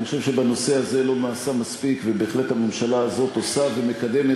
אני חושב שבנושא הזה לא נעשה מספיק ובהחלט הממשלה הזאת עושה ומקדמת,